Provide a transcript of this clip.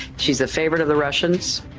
she's a favorite of the russians.